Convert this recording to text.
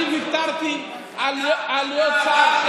אני ויתרתי על להיות שר.